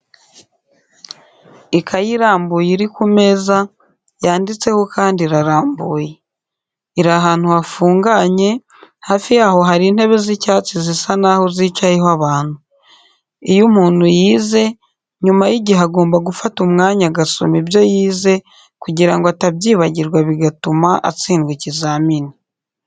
Ikayi irambuye iri ku meza, yanditsemo kandi irarambuye. Iri ahantu hafunganye, hafi yaho hari intebe z'icyatsi zisa n'aho zicayeho abantu. Iyo umuntu yize, nyuma y'igihe agomba gufata umwanya agasoma ibyo yize kugira ngo atabyibagirwa bigatuma atsindwa ikizamini.